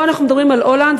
פה אנחנו מדברים על הולנד,